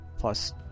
Plus